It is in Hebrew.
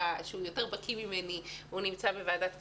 שהיושב-ראש, שבקיא יותר ממני, נמצא בוועדת הכספים,